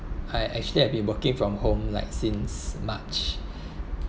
I actually I've been working from home like since march